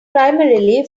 primarily